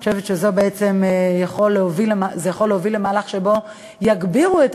אני חושבת שזה בעצם יכול להוביל למהלך שבו יגבירו את